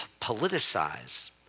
politicize